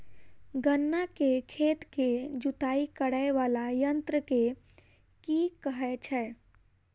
गन्ना केँ खेत केँ जुताई करै वला यंत्र केँ की कहय छै?